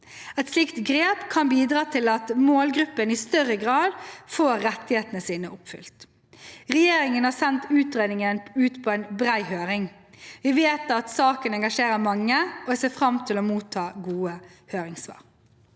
Et slikt grep kan bidra til at målgruppen i større grad får rettighetene sine oppfylt. Regjeringen har sendt utredningen ut på en bred høring. Vi vet at saken engasjerer mange, og jeg ser fram til å motta gode høringssvar.